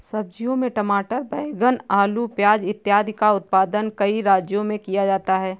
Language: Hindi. सब्जियों में टमाटर, बैंगन, आलू, प्याज इत्यादि का उत्पादन कई राज्यों में किया जाता है